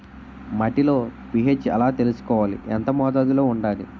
మట్టిలో పీ.హెచ్ ఎలా తెలుసుకోవాలి? ఎంత మోతాదులో వుండాలి?